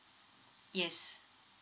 yes